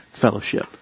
fellowship